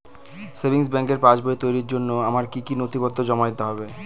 Savings ব্যাংকের পাসবই তৈরির জন্য আমার কি কি নথিপত্র জমা দিতে হবে?